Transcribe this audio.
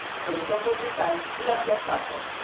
so without wasting time lets get started.